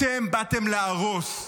אתם באתם להרוס,